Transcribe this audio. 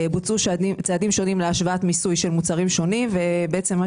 בוצעו צעדים שונים להשוואת מיסוי של מוצרים שונים ובעצם מה